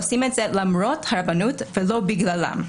עושים את זה למרות הרבנות ולא בגללם.